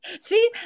see